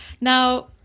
now